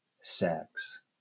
sex